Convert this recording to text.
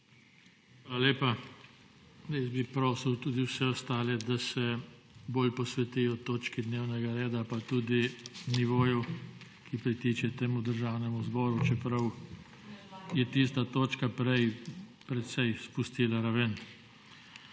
Hvala lepa. Prosil bi tudi vse ostale, da se bolj posvetijo točki dnevnega reda pa tudi nivoju, ki pritiče temu državnemu zboru, čeprav je tista točka prej precej spustila raven.